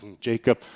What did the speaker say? Jacob